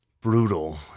brutal